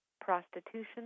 prostitution